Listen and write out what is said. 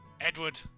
Edward